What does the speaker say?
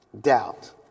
Doubt